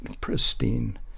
Pristine